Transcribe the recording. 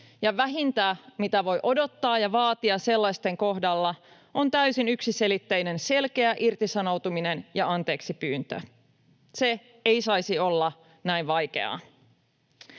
vähintä, mitä voi odottaa ja vaatia sellaisten kohdalla, on täysin yksiselitteinen, selkeä irtisanoutuminen ja anteeksipyyntö. Se ei saisi olla näin vaikeaa.